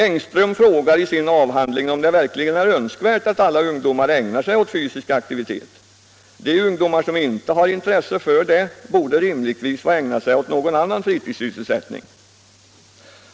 Engström frågar i sin avhandling om det verkligen är önskvärt att alla ungdomar ägnar sig åt fysisk aktivitet. De ungdomar som inte har intresse för det borde rimligtvis få ägna sig åt någon annan fritidssysselsättning.